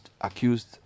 accused